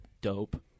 Dope